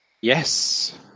Yes